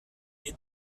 les